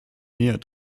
näher